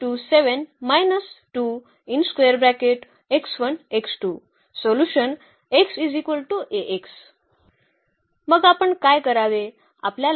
तर मग आपण काय करावे